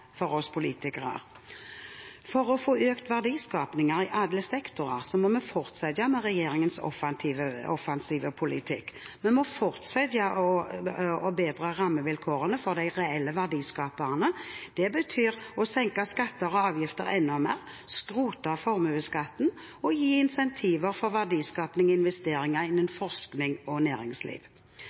for oss politikere. For å få økt verdiskapingen i alle sektorer må vi fortsette med regjeringens offensive politikk. Vi må fortsette å bedre rammevilkårene for de reelle verdiskaperne. Det betyr å senke skatter og avgifter enda mer, skrote formuesskatten og gi incentiver for verdiskapende investeringer innen forskning og næringsliv.